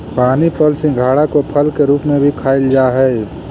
पानी फल सिंघाड़ा को फल के रूप में भी खाईल जा हई